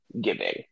giving